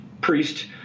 priest